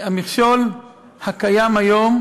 המכשול הקיים היום,